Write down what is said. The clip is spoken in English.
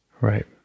Right